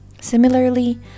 similarly